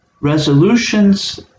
resolutions